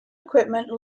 equipment